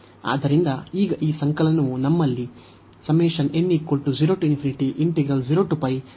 ಆದ್ದರಿಂದ ಈಗ ಈ ಸಂಕಲನವು ನಮ್ಮಲ್ಲಿ ಅನ್ನು ಹೊಂದಿದೆ